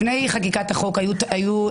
לפני חקיקת החוק היה צו,